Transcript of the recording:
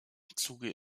zuge